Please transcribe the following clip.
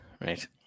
Right